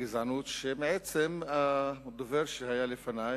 הגזענות, שמעצם הדובר שהיה לפני,